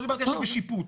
לא דיברתי עכשיו בשיפוט.